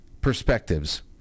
perspectives